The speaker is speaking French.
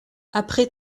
après